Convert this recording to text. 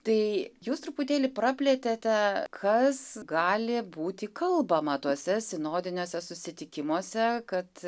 tai jūs truputėlį praplėtėte kas gali būti kalbama tuose sinodinėse susitikimuose kad